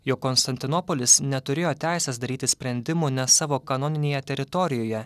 jog konstantinopolis neturėjo teisės daryti sprendimų nes savo kanoninėje teritorijoje